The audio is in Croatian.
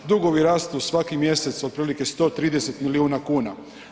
Dugovi rastu svaki mjesec otprilike 130 miliona kuna.